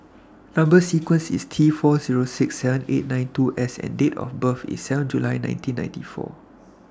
Number sequence IS T four Zero six seven eight nine two S and Date of birth IS seven July nineteen ninety four